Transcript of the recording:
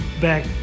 back